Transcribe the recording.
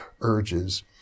urges